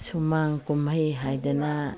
ꯁꯨꯃꯥꯡ ꯀꯨꯝꯍꯩ ꯍꯥꯏꯗꯅ